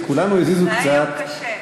את כולנו הזיזו קצת, זה היה יום קשה.